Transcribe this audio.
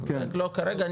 לא כרגע,